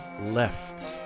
left